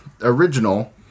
original